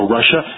Russia